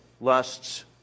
lusts